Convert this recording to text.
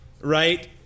right